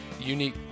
unique